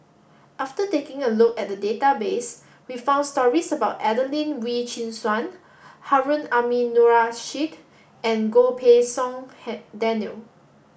after taking a look at the database we found stories about Adelene Wee Chin Suan Harun Aminurrashid and Goh Pei Siong Daniel